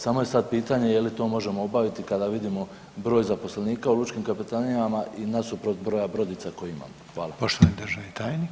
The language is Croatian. Samo je sad pitanje je li to možemo obaviti kada vidimo broj zaposlenika u lučkim kapetanijama i nasuprot broja brodica koje imamo.